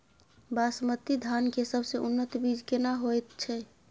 बासमती धान के सबसे उन्नत बीज केना होयत छै?